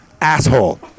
asshole